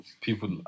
people